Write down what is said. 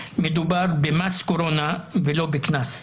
מדובר במס קורונה ולא בקנס.